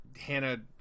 Hannah